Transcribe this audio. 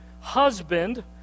husband